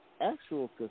actual